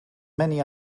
many